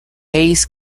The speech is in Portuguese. reis